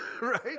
right